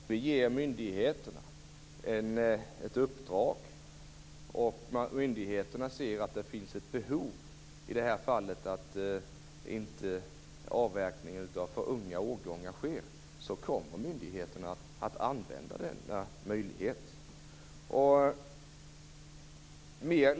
Herr talman! Jag är övertygad om att om vi ger myndigheterna ett uppdrag och myndigheterna ser att det finns ett behov av att, i det i det här fallet, det inte sker avverkning av för unga årgångar, så kommer myndigheterna att använda denna möjlighet.